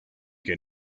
que